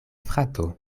frato